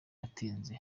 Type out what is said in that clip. atinze